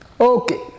Okay